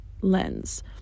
lens